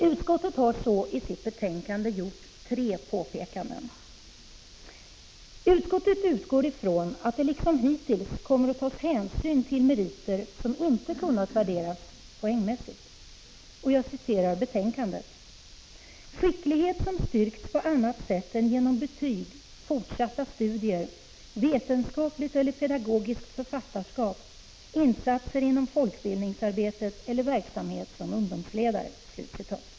Utskottet har i sitt betänkande gjort tre påpekanden. Utskottet utgår för det första från att det liksom hittills kommer att tas hänsyn till meriter som inte kunnat värderas poängmässigt. I betänkandet uttrycks detta på följande sätt: ”skicklighet som styrkts på annat sätt än genom betyg, fortsatta studier, vetenskapligt eller pedagogiskt författarskap, insatser inom folkbildningsarbetet eller verksamhet som ungdomsledare”.